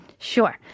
Sure